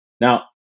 Now